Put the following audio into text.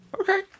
Okay